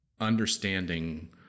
understanding